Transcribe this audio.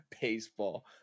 baseball